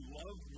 love